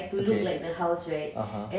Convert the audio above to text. okay (uh huh)